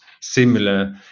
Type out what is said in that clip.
similar